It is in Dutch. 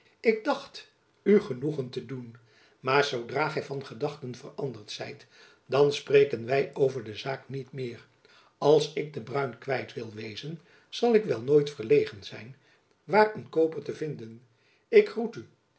ik dacht u genoegen te doen maar zoodra gy van gedachten veranderd zijt dan spreken wy over de zaak niet meer als ik den bruin kwijt wil wezen zal ik wel nooit verlegen zijn waar een kooper te vinden ik groet u